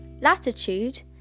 latitude